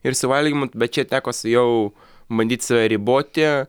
ir su valgymu bet čia teko su jau bandyt save riboti